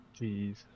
Jeez